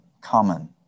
common